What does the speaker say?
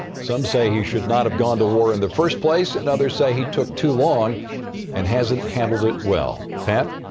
some say he should not have gone to war in the first place, and others say he took too long and hasnt handled it well. pat.